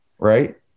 Right